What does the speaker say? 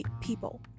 people